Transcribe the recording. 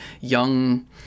young